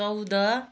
चौध